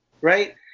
right